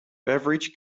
beverage